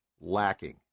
lacking